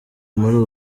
muri